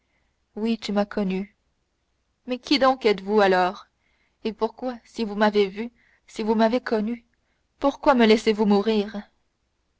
oui tu m'as connu mais qui donc êtes-vous alors et pourquoi si vous m'avez vu si vous m'avez connu pourquoi me laissez-vous mourir